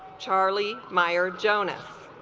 charlie meyer jonas